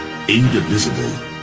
indivisible